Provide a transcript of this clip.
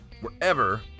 wherever